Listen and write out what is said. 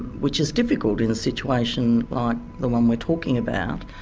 which is difficult in a situation like the one we're talking about,